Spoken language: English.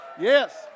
Yes